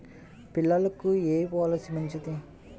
పిల్లలకు ఏ పొలసీ మంచిది?